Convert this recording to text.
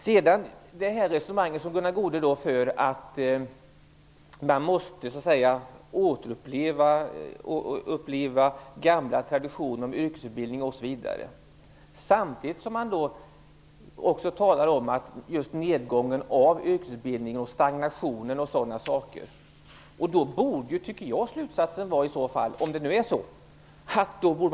Gunnar Goude för ett resonemang om att man måste återuppliva gamla traditioner om yrkesutbildning osv. samtidigt som han också talar om nedgången av yrkesutbildningen och stagnationen och sådana saker. Om det nu är så, tycker jag att slutsatsen borde vara att man skulle pröva något nytt.